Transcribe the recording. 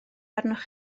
arnoch